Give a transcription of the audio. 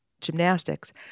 gymnastics